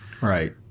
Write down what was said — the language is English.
right